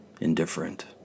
indifferent